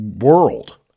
world